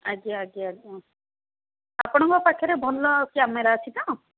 ଆଜ୍ଞା ଆଜ୍ଞା ଆଜ୍ଞା ଆପଣଙ୍କ ପାଖରେ ଭଲ କ୍ୟାମେରା ଅଛି ତ